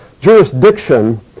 jurisdiction